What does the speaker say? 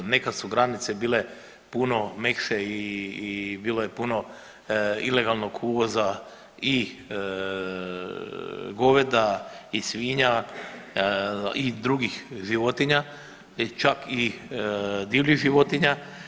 Nekad su granice bile puno mekše i bilo je puno ilegalnog uvoza i goveda i svinja i drugih životinja i čak i divljih životinja.